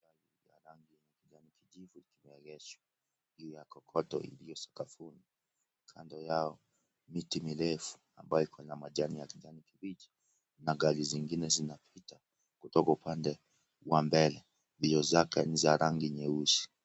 Gar la rangi ya kijivu limeegeshwa juu ya kokoto iliyo sakafuni, kando yao, miti mirefu ambayo iko na matawi ya kijani kibichi na gari zingine zinapita kutoka upande wa mbele, mbio zake ni za rangi nyeusi.